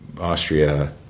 Austria